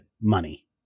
money